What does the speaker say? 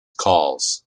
calls